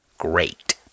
great